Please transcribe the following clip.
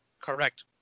Correct